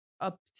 up